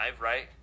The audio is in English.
right